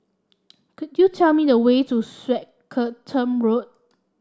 could you tell me the way to Swettenham Road